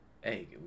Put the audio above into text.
hey